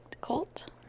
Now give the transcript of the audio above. Cult